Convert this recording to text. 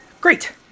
Great